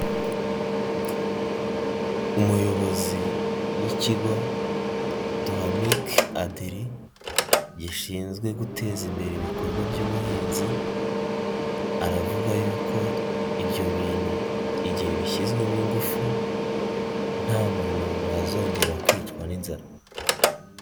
Umuyobozi w'ikigo Duhamic-Adri gishinzwe guteza imbere ibikorwa by'ubuhinzi, aravuga yuko ibyo bintu igihe bishyizwemo ingufu nta muntu wazongera kwicwa n'inzara.